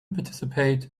participate